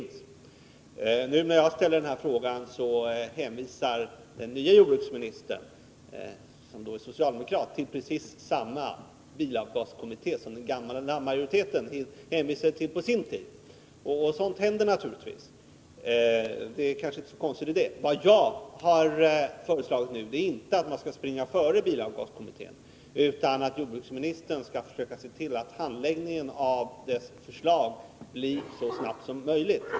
När jag nu ställer denna fråga hänvisar den nye jordbruksministern, som är socialdemokrat, till precis samma bilavgaskommitté som den gamla majoriteten hänvisade till på sin tid. Sådant händer naturligtvis, det är kanske inte något konstigt med det. Det jag har föreslagit är inte att man skall springa före bilavgaskommittén utan att jordbruksministern skall försöka se till att handläggningen av dess förslag sker så snabbt som möjligt.